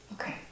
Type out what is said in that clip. Okay